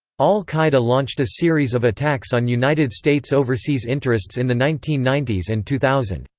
al-qaeda launched a series of attacks on united states overseas interests in the nineteen ninety s and two thousand.